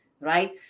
right